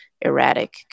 erratic